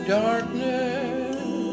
darkness